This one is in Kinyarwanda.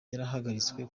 yarahagaritswe